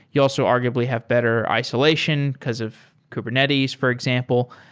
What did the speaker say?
he also arguably have better isolation because of kubernetes, for example.